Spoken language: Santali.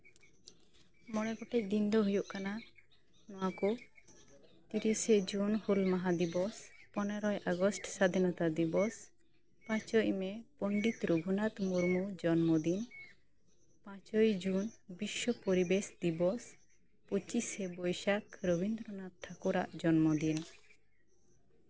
ᱢᱚᱬᱮ ᱜᱚᱴᱮᱡ ᱫᱤᱱ ᱫᱚ ᱦᱩᱭᱩᱜ ᱠᱟᱱᱟᱱ ᱱᱚᱶᱟ ᱠᱚ ᱛᱤᱨᱤᱥᱮ ᱡᱩᱱ ᱦᱩᱞ ᱢᱟᱦᱟ ᱫᱤᱵᱚᱥ ᱯᱚᱱᱮᱨᱳᱭ ᱟᱜᱚᱥᱴ ᱥᱟᱫᱷᱤᱱᱚᱛᱟ ᱫᱤᱵᱚᱥ ᱯᱟᱸᱪᱚᱭ ᱢᱮ ᱯᱚᱱᱰᱤᱛ ᱨᱚᱜᱷᱩᱱᱟᱛᱷ ᱢᱩᱨᱢᱩ ᱡᱚᱱᱢᱚ ᱫᱤᱱ ᱯᱟᱸᱪᱚᱭ ᱡᱩᱱ ᱵᱤᱥᱥᱚ ᱯᱚᱨᱤᱵᱮᱥ ᱫᱤᱵᱚᱥ ᱯᱚᱸᱪᱤᱥᱮ ᱵᱳᱭᱥᱟᱠᱷ ᱨᱚᱵᱤᱱᱫᱚᱨᱚᱱᱟᱛᱷ ᱴᱷᱟᱹᱠᱩᱨᱟᱜ ᱡᱚᱱᱢᱚ ᱫᱤᱱ